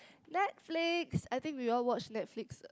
Netflix I think we all watch Netflix